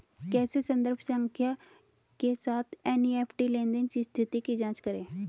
कैसे संदर्भ संख्या के साथ एन.ई.एफ.टी लेनदेन स्थिति की जांच करें?